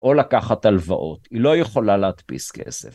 או לקחת הלוואות. היא לא יכולה להדפיס כסף.